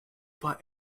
find